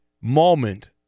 moment